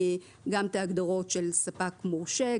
גם את ההגדרות של ספק מורשה,